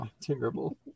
terrible